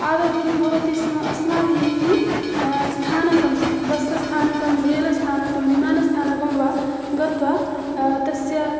आदौ किं भवति स्म अस्माभिः स्थानकं बस्स्थानकं रेल्स्थानकं विमानस्थानकं वा गत्वा तस्य